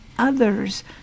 Others